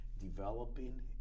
developing